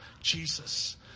Jesus